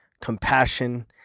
compassion